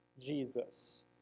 Jesus